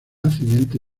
accidente